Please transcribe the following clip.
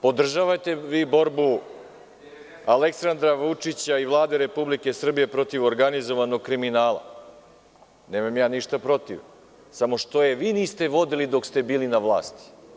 Podržavajte vi borbu Aleksandra Vučića i Vlade Republike Srbije protiv organizovanog kriminala, nemam ja ništa protiv, samo što je vi niste vodili dok ste bili na vlasti?